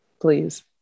please